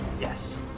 Yes